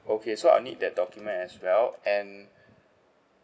okay so I'll need that document as well and